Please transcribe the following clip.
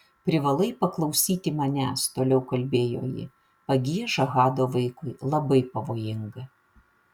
privalai paklausyti manęs toliau kalbėjo ji pagieža hado vaikui labai pavojinga